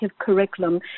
curriculum